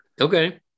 Okay